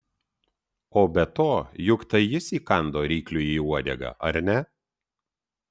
o be to juk tai jis įkando rykliui į uodegą ar ne